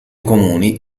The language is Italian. comuni